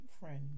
friend